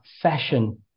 fashion